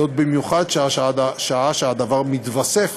זאת, במיוחד שעה שהדבר מתווסף